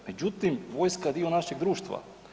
Međutim, vojska je dio našeg društva.